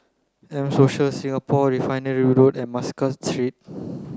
M Social Singapore Refinery Road and Muscat Street